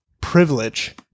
privilege